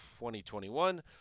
2021